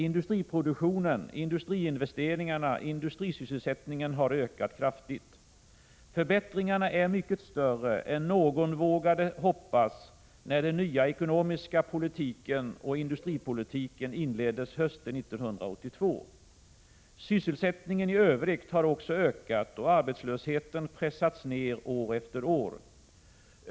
Industriproduk "tionen, industriinvesteringarna, industrisysselsättningen har ökat kraftigt. Förbättringarna är mycket större än någon vågade hoppas när den nya ekonomiska politiken och industripolitiken inleddes hösten 1982. Sysselsättningen i övrigt har också ökat och arbetslösheten pressats ned år efter år.